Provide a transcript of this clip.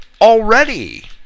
already